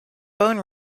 bone